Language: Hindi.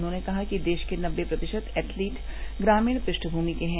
उन्होंने कहा कि देश के नब्बे प्रतिशत एथलीट ग्रामीण पृष्ठमूमि के हैं